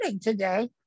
today